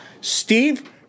Steve